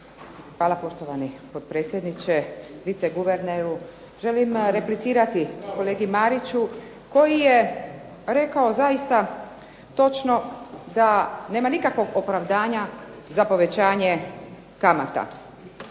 Hvala. Poštovani potpredsjedniče, viceguverneru. Želim replicirati kolegi Mariću koji je rekao zaista točno da nema nikakvog opravdanja za povećanje kamata